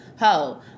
Ho